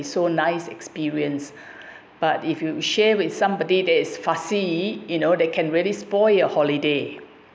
so nice experience but if you share with somebody that is fussy you know they can really spoil your holiday